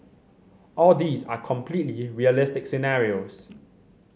all these are completely realistic scenarios